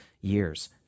years